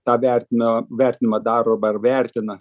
tą vertina vertinimą daro arba vertina